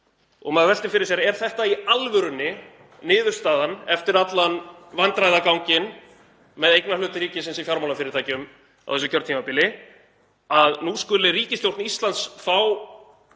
Maður veltir fyrir sér: Er þetta í alvörunni niðurstaðan eftir allan vandræðaganginn með eignarhlut ríkisins í fjármálafyrirtækjum á þessu kjörtímabili, að nú skuli ríkisstjórn Íslands fá